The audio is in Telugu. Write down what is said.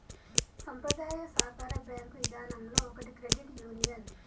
సంప్రదాయ సాకార బేంకు ఇదానంలో ఒకటి క్రెడిట్ యూనియన్